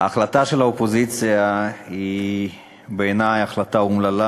ההחלטה של האופוזיציה היא בעיני החלטה אומללה,